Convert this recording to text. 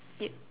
yup